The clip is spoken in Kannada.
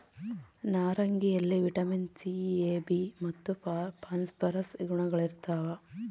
ನಾರಂಗಿಯಲ್ಲಿ ವಿಟಮಿನ್ ಸಿ ಎ ಬಿ ಮತ್ತು ಫಾಸ್ಫರಸ್ ಗುಣಗಳಿರ್ತಾವ